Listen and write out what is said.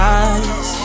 eyes